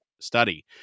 study